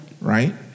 Right